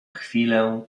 chwilę